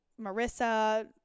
Marissa